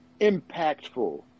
impactful